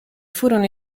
furono